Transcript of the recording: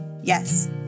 yes